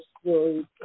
story